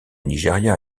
nigeria